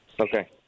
okay